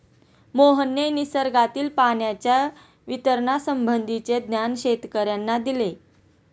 मोहनने निसर्गातील पाण्याच्या वितरणासंबंधीचे ज्ञान शेतकर्यांना दिले